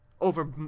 over